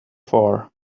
for